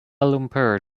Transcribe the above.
lumpur